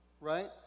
right